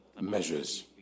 measures